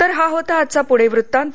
तर हा होता आजचा पुणे वृत्तांत